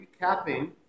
recapping